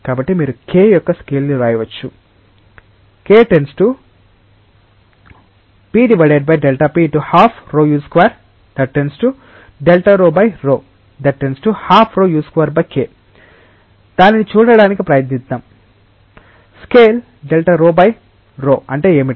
కాబట్టి మీరు K యొక్క స్కేల్ను వ్రాయవచ్చు K pΔρ x ½ 𝜌u2→ Δ𝜌p ½ 𝜌 u2k దానిని చూడటానికి ప్రయత్నిద్దాం స్కేల్ Δ𝜌 p అంటే ఏమిటి